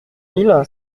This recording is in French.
mille